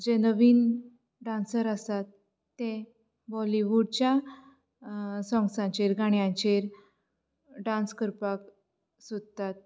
जे नवीन डान्सरर्स आसात हा बॉलीवूडच्या सोंग्सांच्या गाण्याचेर हान्स करपाक सोदतात